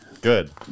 good